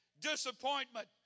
disappointment